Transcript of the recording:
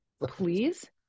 Please